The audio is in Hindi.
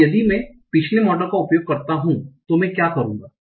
अब यदि मैं पिछले मॉडल का उपयोग करता हूं तो मैं क्या करूंगा